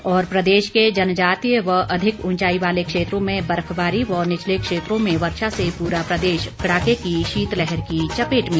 और प्रदेश के जनजातीय व अधिक उंचाई वाले क्षेत्रों में बर्फबारी व निचले क्षेत्रों में वर्षा से पूरा प्रदेश कड़ाके की शीतलहर की चपेट में